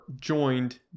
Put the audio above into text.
joined